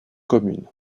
communes